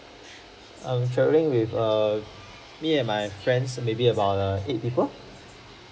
um travelling with err me and my friends maybe about err eight people